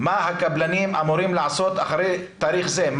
מה הקבלנים אמורים לעשות אחרי תאריך זה?